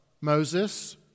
Moses